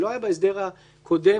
שלא היה בהסדר הקודם,